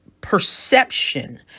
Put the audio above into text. perception